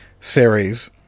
series